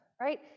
right